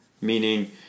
Meaning